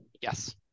Yes